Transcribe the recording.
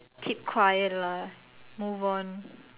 keep quiet lah move on